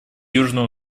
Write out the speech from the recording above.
южного